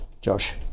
Josh